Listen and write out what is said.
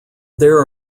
there